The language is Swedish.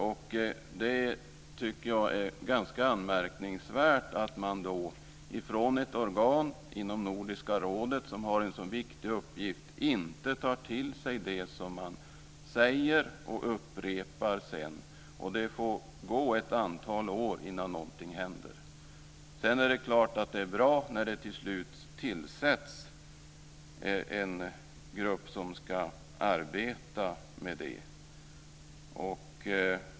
Jag tycker att det är ganska anmärkningsvärt att ett organ inom Nordiska rådet som har en sådan viktig uppgift inte tar till sig det som man säger och sedan upprepar. Det får gå ett antal år innan någonting händer. Sedan är det klart att det är bra när det till slut tillsätts en grupp som ska arbeta med det här.